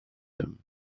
them